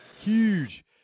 Huge